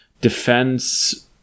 Defense